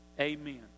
Amen